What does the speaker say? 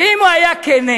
ואם הוא היה כן,